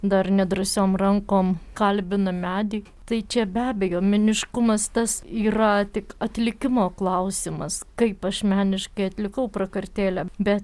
dar nedrąsiom rankom kalbina medį tai čia be abejo meniškumas tas yra tik atlikimo klausimas kaip aš meniškai atlikau prakartėlę bet